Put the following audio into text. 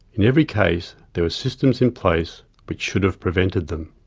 in every case, there were systems in place which should have prevented them.